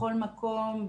בכל מקום,